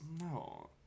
No